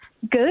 Good